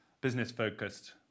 business-focused